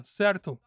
certo